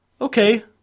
okay